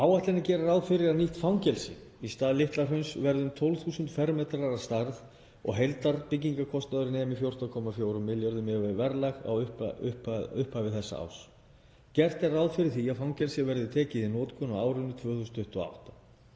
Áætlunin gerir ráð fyrir að nýtt fangelsi í stað Litla- Hrauns verði um 12.000 m² að stærð og heildarbyggingarkostnaður nemi 14,4 milljörðum miðað við verðlag í upphafi þessa árs. Gert er ráð fyrir að fangelsið verði tekið í notkun á árinu 2028.